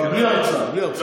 אבל בלי הרצאה, בלי הרצאה.